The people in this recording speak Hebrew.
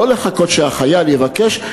לא לחכות שהחייל יבקש,